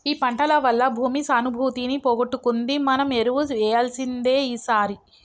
ఈ పంటల వల్ల భూమి సానుభూతిని పోగొట్టుకుంది మనం ఎరువు వేయాల్సిందే ఈసారి